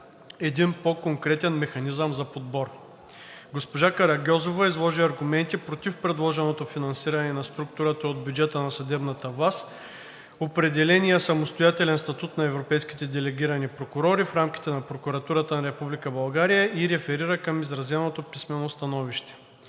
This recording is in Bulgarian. един по-конкурентен механизъм за подбор. Госпожа Карагьозова изложи аргументи против предложеното финансиране на структурата от бюджета на съдебната власт, определения самостоятелен статут на европейските делегирани прокурори в рамките на Прокуратурата на Република България и реферира към изразеното писмено становище.